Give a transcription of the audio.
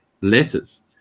letters